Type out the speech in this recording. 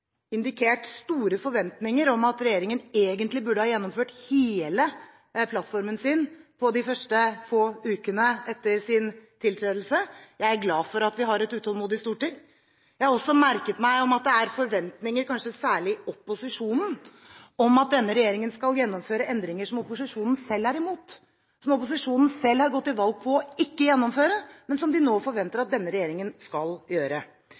indikert store forventinger om at regjeringen egentlig burde ha gjennomført hele plattformen sin på de første få ukene etter sin tiltredelse. Jeg er glad for at vi har et utålmodig storting. Jeg har også merket meg at det er forventninger, kanskje særlig i opposisjonen, om at denne regjeringen skal gjennomføre endringer som opposisjonen selv er imot, som opposisjonen selv har gått til valg på ikke å gjennomføre, men som de nå forventer at denne regjeringen skal gjøre.